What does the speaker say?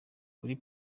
kuri